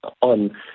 on